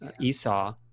Esau